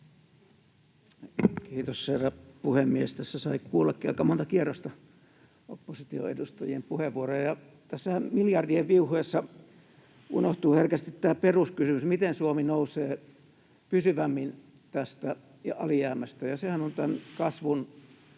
Kiitos, herra puhemies! Tässä sai kuullakin aika monta kierrosta opposition edustajien puheenvuoroja, ja tässä miljardien viuhuessa unohtuu herkästi tämä peruskysymys, miten Suomi nousee pysyvämmin alijäämästä — ja sehän on tämän kasvun